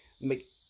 make